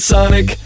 Sonic